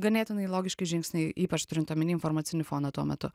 ganėtinai logiški žingsniai ypač turint omeny informacinį foną tuo metu